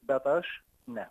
bet aš ne